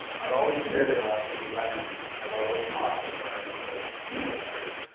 i've always cared about the environment. i've always taught environmental chemistry,